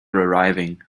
arriving